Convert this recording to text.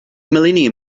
millennium